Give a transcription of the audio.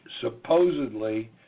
supposedly